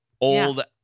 Old